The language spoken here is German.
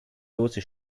dose